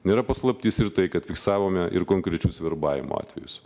nėra paslaptis ir tai kad fiksavome ir konkrečius verbavimo atvejus